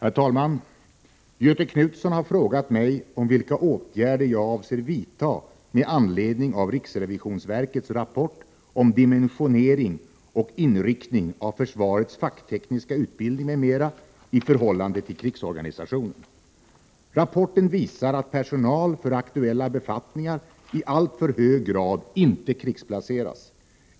Herr talman! Göthe Knutson har frågat mig om vilka åtgärder jag avser vidta med anledning av riksrevisionsverkets rapport om dimensionering och inriktning av försvarets facktekniska utbildning m.m. i förhållande till krigsorganisationen. Rapporten visar att personal för aktuella befattningar i alltför hög grad inte krigsplaceras.